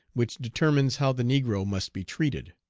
which determines how the negro must be treated.